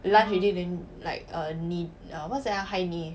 lunge already then like err knee what's that ah high knee